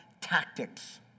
tactics